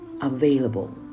available